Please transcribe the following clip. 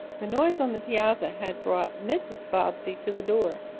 the noise on the piazza had brought mrs. bobbsey to the door.